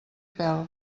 pèl